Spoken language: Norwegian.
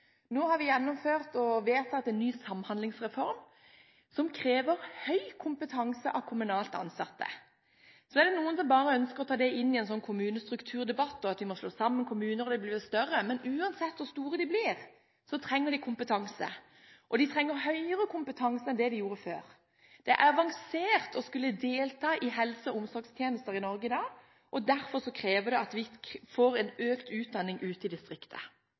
er noen som bare ønsker å ta dette inn i en kommunestrukturdebatt – at vi må slå sammen kommuner, slik at de blir større. Men uansett hvor store kommunene blir, trenger de kompetanse. Og de trenger høyere kompetanse enn det de gjorde før. Helse- og omsorgstjenestene i Norge i dag er avanserte. Derfor kreves det at vi får mer utdanning ute i distriktene. Et annet poeng som har vært viktig for oss, er at distriktene – som Senterpartiets representant var inne på – med distriktshøyskolene, og senere også høyskolene, har en